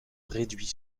réduit